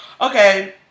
Okay